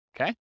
Okay